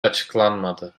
açıklanmadı